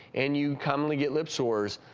and you commonly get lip sores,